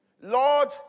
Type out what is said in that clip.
Lord